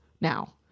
now